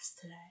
today